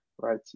right